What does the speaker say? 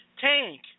tank